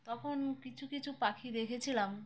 তখন কিছু কিছু পাখি দেখেছিলাম